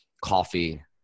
coffee